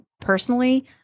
personally